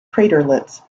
craterlets